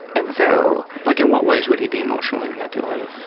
and so like, in what ways would he be emotionally manipulative?